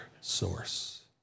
source